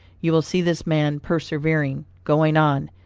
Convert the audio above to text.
you will see this man persevering, going on,